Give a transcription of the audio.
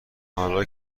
حالا